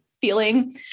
feeling